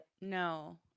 No